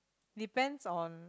depends on